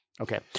Okay